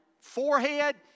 forehead